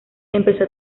empezó